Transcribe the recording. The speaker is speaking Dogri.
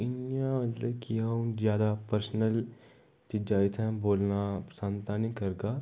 इय्यां मतलब कि आऊं ज्यादा पर्सनल इत्थै बोलना पसंद तां नि करगा